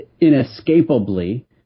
inescapably